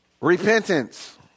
repentance